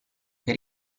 che